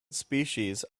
species